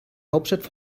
hauptstadt